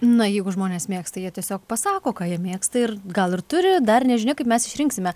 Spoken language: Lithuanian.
na jeigu žmonės mėgsta jie tiesiog pasako ką jie mėgsta ir gal ir turi dar nežinia kaip mes išrinksime